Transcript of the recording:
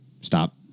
stop